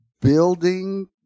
building